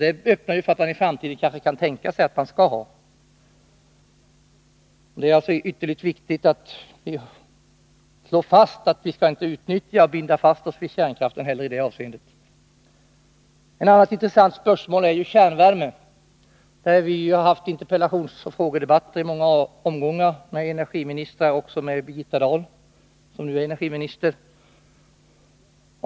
Det öppnar möjligheter att i framtiden tänka sig hetvattenledningar från kärnkraftverken. Det är därför ytterligt viktigt att slå fast att vi inte heller i det avseendet skall binda oss vid kärnkraften. Ett annat intressant spörsmål är kärnvärme. Om det har vi haft interpellationsoch frågedebatter i många omgångar med olika energiministrar, också med Birgitta Dahl, som nu är energiminister.